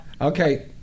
Okay